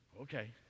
Okay